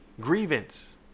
Grievance